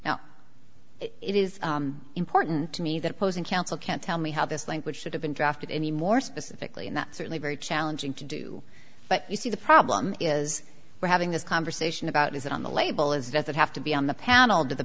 now it is important to me that posing council can't tell me how this language should have been drafted any more specifically and that's certainly very challenging to do but you see the problem is we're having this conversation about is that on the label is does that have to be on the panel do the